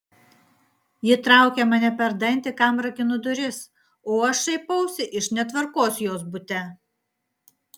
ji traukia mane per dantį kam rakinu duris o aš šaipausi iš netvarkos jos bute